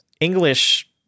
English